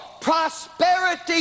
prosperity